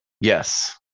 Yes